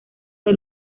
del